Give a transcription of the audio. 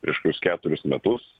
prieš kius keturis metus